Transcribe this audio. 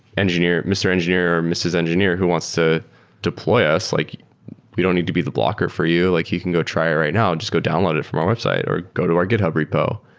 mr. engineer, ms. engineer, who wants to deploy ah us? like we don't need to be the blocker for you. like you can go try it right now and just go download it from our website or go to our github repo.